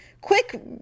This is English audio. quick